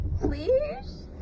please